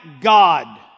God